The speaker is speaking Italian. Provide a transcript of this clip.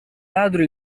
ladro